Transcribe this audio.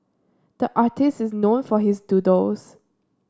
the artist is known for his doodles